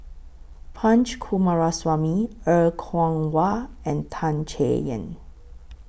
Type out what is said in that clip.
Punch Coomaraswamy Er Kwong Wah and Tan Chay Yan